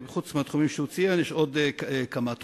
ומלבד התחומים שהוא ציין יש עוד כמה תחומים.